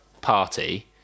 party